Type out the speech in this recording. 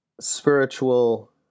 spiritual